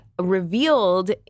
revealed